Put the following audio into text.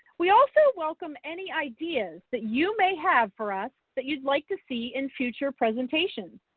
we also welcome any ideas that you may have for us that you'd like to see in future presentations.